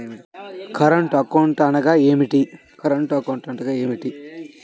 Current account అనగా ఏమిటి?